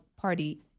party